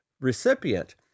recipient